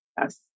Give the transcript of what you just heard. Yes